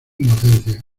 inocencia